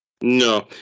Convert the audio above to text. No